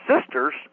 sisters